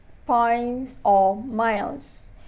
points or miles